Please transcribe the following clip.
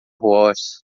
wars